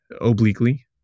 obliquely